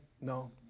no